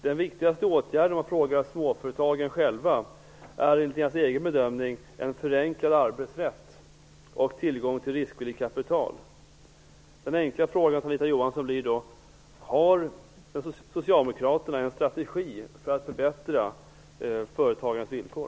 Den viktigaste åtgärden om man frågar småföretagen själva är enligt deras bedömning en förenklad arbetsrätt och tillgång till riskvilligt kapital. Min enkla fråga till Anita Johansson blir då: Har Socialdemokraterna en strategi för att förbättra företagarnas villkor?